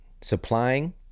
supplying